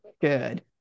good